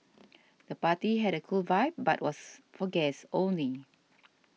the party had a cool vibe but was for guests only